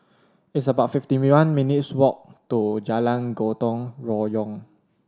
it's about fifty minutes' walk to Jalan Gotong Royong